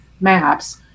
maps